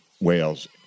whales